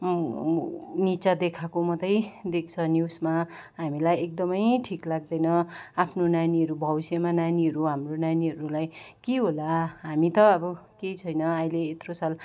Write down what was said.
निचा देखाएको मात्रै देख्छ न्युजमा हामीलाई एकदमै ठिक लाग्दैन आफ्नो नानीहरू भविष्यमा नानीहरू हाम्रो नानीहरूलाई के होला हामी त अब केही छैन अहिले यत्रो साल